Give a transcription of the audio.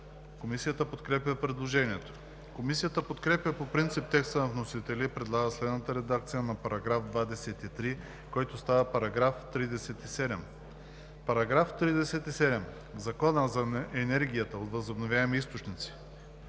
Комисията подкрепя предложението. Комисията подкрепя по принцип текста на вносителя и предлага следната редакция на § 23, който става § 37: „§ 37. В Закона за енергията от възобновяеми източници